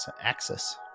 axis